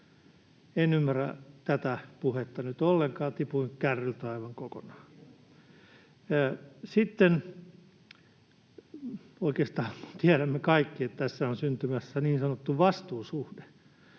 En ymmärrä tätä puhetta nyt ollenkaan, tipuin kärryiltä aivan kokonaan. Oikeastaan me tiedämme kaikki, että tässä on syntymässä niin sanottu vastuusuhde,